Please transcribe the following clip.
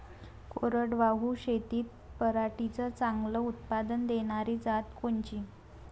कोरडवाहू शेतीत पराटीचं चांगलं उत्पादन देनारी जात कोनची?